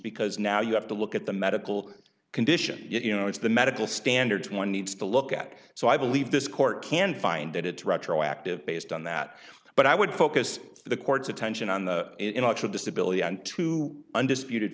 because now you have to look at the medical condition you know it's the medical standards one needs to look at so i believe this court can find that it's retroactive based on that but i would focus the court's attention on the intellectual disability and two undisputed